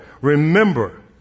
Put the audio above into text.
remember